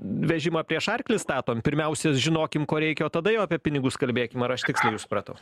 vežimą prieš arklį statom pirmiausia žinokim ko reikia o tada jau apie pinigus kalbėkim ar aš tiksliai jus supratau